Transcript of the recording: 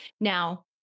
now